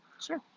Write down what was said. Sure